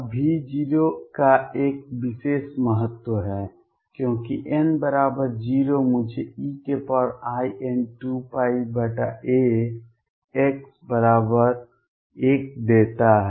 अब V0 का एक विशेष महत्व है क्योंकि n बराबर 0 मुझे ein2πax1 देता है